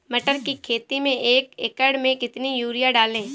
मटर की खेती में एक एकड़ में कितनी यूरिया डालें?